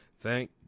Thank